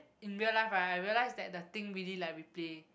in real life right I realise that the thing really like replay